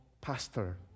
pastor